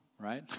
right